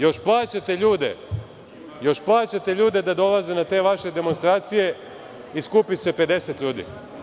Još plaćate ljude da dolaze na te vaše demonstracije i skupi se 50 ljudi.